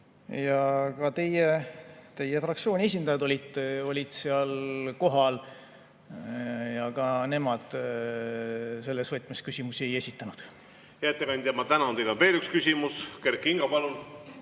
Ka teie fraktsiooni esindajad olid seal kohal ja ka nemad selles võtmes küsimusi ei esitanud. Hea ettekandja, ma tänan teid! On veel üks küsimus. Kert Kingo, palun!